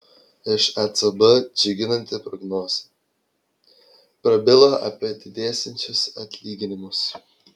iš ecb džiuginanti prognozė prabilo apie didėsiančius atlyginimus